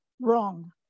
wrong